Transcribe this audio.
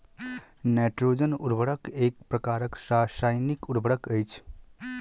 nitrogen उर्वरक एक प्रकारक रासायनिक उर्वरक अछि